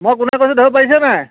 মই কোনে কৈছোঁ ধৰিব পাৰিছা নাই